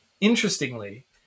Interestingly